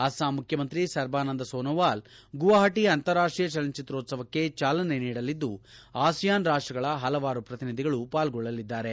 ಅಸ್ಲಾಂ ಮುಖ್ಯಮಂತ್ರಿ ಸರ್ಬಾನಂದ್ ಸೋನೋವಾಲ್ ಗುವಾಪಟಿ ಅಂತಾರಾಷ್ಷೀಯ ಚಲನಚಿತ್ರೋತ್ಸವಕ್ಕೆ ಚಾಲನೆ ನೀಡಲಿದ್ದು ಆಸಿಯಾನ್ ರಾಷ್ಟಗಳ ಪಲವಾರು ಪ್ರತಿನಿಧಿಗಳು ಪಾಲ್ಗೊಳ್ಳಲಿದ್ದಾರೆ